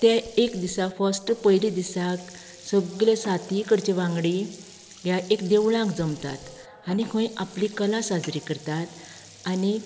ते एक दिसाक फस्ट पयले दिसाक सगळे सातय कडचे वांगडी ह्या एक देवळांत जमतात आनी खंय आपली कला साजरी करतात आनी